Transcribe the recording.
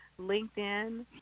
LinkedIn